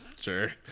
Sure